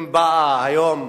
אם באה היום